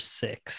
six